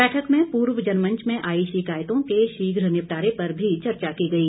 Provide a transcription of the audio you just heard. बैठक में पूर्व जनमंच में आई शिकायतों के शीघ्र निपटारे पर भी चर्चा की गई